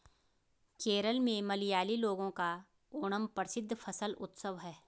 केरल में मलयाली लोगों का ओणम प्रसिद्ध फसल उत्सव है